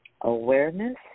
awareness